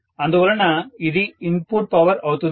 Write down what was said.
అందువలన ఇది input power అవుతుంది